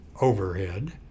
overhead